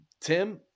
Tim